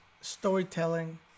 storytelling